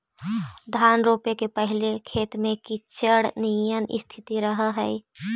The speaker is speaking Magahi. धान रोपे के पहिले खेत में कीचड़ निअन स्थिति रहऽ हइ